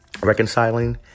Reconciling